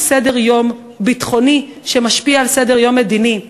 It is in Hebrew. סדר-יום ביטחוני שמשפיע על סדר-יום מדיני,